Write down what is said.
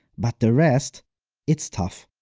but the rest it's tough.